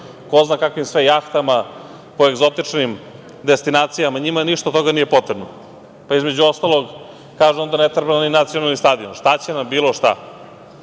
ko zna kakvim sve jahtama, po egzotičnim destinacijama, njima ništa od toga nije potrebno. Između ostalog, kažu da nam ne treba ni nacionalni stadion. Šta će nam bilo šta?